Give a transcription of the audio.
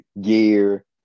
gear